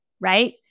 right